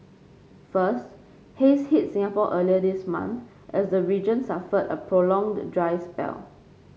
first haze hit Singapore earlier this month as the region suffered a prolonged dry spell